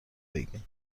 بگین